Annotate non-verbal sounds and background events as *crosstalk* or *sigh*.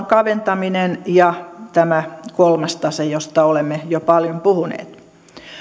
*unintelligible* kaventaminen ja tämä kolmas tase josta olemme jo paljon puhuneet